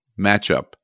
matchup